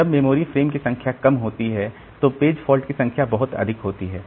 जब memory frame की संख्या कम होती है तो पेज फॉल्ट की संख्या बहुत अधिक होगी